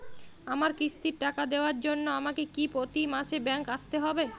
আমার কিস্তির টাকা দেওয়ার জন্য আমাকে কি প্রতি মাসে ব্যাংক আসতে হব?